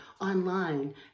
online